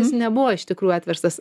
jis nebuvo iš tikrųjų atverstas